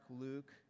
Luke